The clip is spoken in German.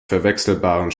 verwechselbaren